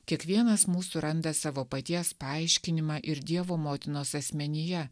kiekvienas mūsų randa savo paties paaiškinimą ir dievo motinos asmenyje